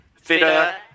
Fitter